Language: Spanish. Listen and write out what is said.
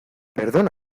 perdona